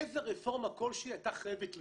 איזה רפורמה כלשהי הייתה חייבת להיות,